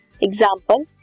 Example